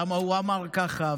למה הוא אמר ככה,